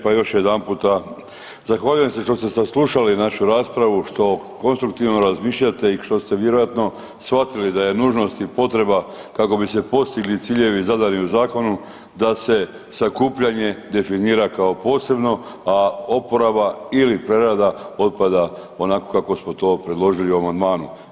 Pa još jedanput zahvaljujem što ste saslušali našu raspravu, što konstruktivno razmišljate i što ste vjerojatno shvatili da je nužnost i potreba kako bi se postigli ciljevi zadani u zakonu, da se sakupljanje definira kao posebno, a uporaba ili prerada otpada onako kako smo to predložili u amandmanu.